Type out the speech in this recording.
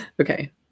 Okay